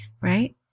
Right